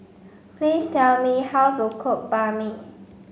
please tell me how to cook Banh Mi